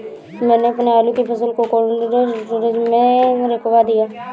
मैंने अपनी आलू की फसल को कोल्ड स्टोरेज में रखवा दिया